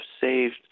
saved